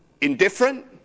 indifferent